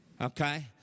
okay